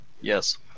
Yes